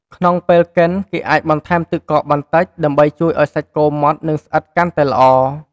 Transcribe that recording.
ក្នុងពេលកិន គេអាចបន្ថែមទឹកកកបន្តិច ដើម្បីជួយឱ្យសាច់គោម៉ត់ និងស្អិតកាន់តែល្អ។